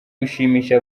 gushimisha